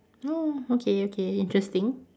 oh okay okay interesting